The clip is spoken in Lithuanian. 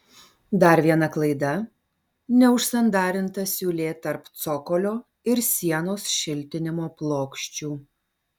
dar viena klaida neužsandarinta siūlė tarp cokolio ir sienos šiltinimo plokščių